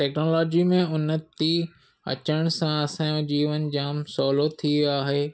टेक्नोलॉजीअ में उनती अचण सां असांजो जीवन जामु सवलो थियो आहे